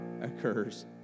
occurs